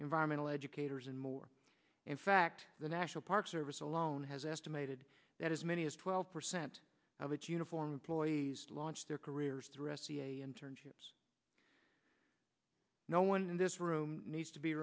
environmental educators and more in fact the national park service alone has estimated that as many as twelve percent of its uniform employees launch their careers through internships no one in this room needs to be